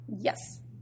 Yes